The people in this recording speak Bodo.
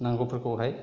नांगौफोरखौहाय